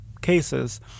cases